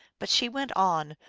but she went on,